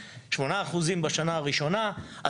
8% בשנה הראשונה,